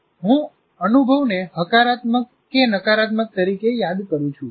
હું અનુભવને હકારાત્મક કે નકારાત્મક તરીકે યાદ કરું છું